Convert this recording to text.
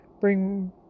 bring